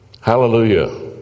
Hallelujah